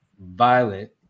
violent